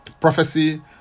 prophecy